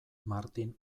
martin